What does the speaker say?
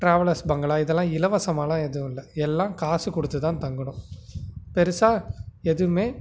travellers bungalow இதெல்லாம் இலவசமாகல்லாம் எதுவும் இல்லை எல்லாம் காசு கொடுத்துதான் தங்கணும் பெருசாக எதுவும்